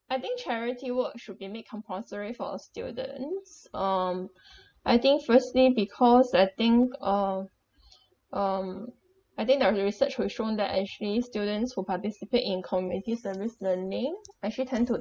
I think charity work should be made compulsory for all students um I think firstly because I think uh um I think that uh research has shown that actually students who participate in community service learning actually tend to